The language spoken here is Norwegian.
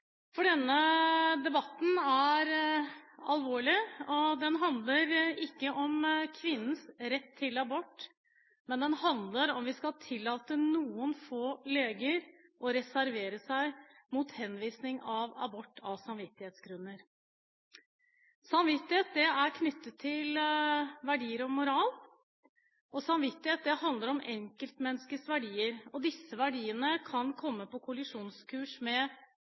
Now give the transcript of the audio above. Denne debatten er alvorlig. Den handler ikke om kvinnens rett til abort, men den handler om hvorvidt vi skal tillate noen få leger å reservere seg mot henvisning til abort av samvittighetsgrunner. Samvittighet er knyttet til verdier og moral, og samvittighet handler om enkeltmenneskets verdier. Disse verdiene kan komme på kollisjonskurs med